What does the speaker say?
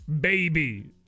baby